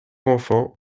enfants